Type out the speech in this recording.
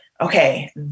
okay